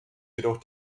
jedoch